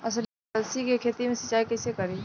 अलसी के खेती मे सिचाई कइसे करी?